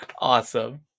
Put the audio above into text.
Awesome